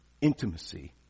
Intimacy